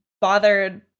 bothered